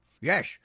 Yes